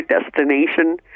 destination